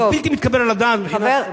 זה בלתי מתקבל על הדעת מבחינת,